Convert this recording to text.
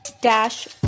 dash